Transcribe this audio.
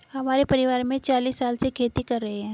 हमारे परिवार में चालीस साल से खेती कर रहे हैं